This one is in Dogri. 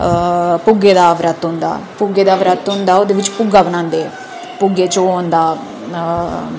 भुग्गे दा बरत होंदा भुग्गे दा बरत होंदा ओह्दे बिच भुग्गा बनांदे पुग्गै